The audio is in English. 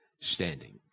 standing